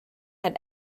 had